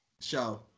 Show